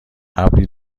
ابری